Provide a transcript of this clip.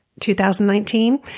2019